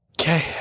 Okay